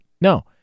No